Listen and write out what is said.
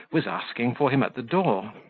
was asking for him at the door.